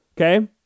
okay